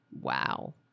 Wow